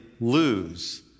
lose